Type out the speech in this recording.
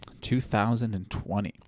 2020